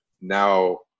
Now